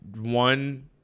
one